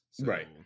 right